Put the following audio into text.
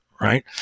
right